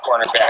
cornerback